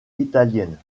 italienne